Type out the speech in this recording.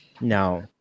Now